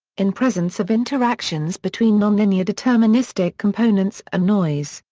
in presence of interactions between nonlinear deterministic components and noise,